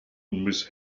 miss